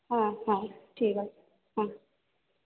হ্যাঁ হ্যাঁ ঠিক আছে হ্যাঁ